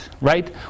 right